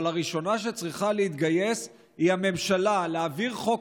אבל הראשונה שצריכה להתגייס היא הממשלה: להעביר חוק